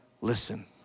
listen